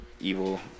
evil